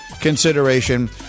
consideration